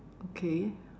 okay